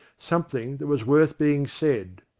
something that was worth being said.